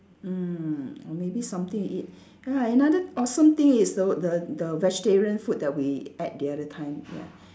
mm or maybe something you eat ya another awesome thing is the the the vegetarian food that we ate the other time ya